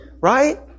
right